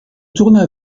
tourna